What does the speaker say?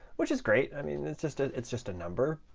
which is great. i mean it's just ah it's just a number.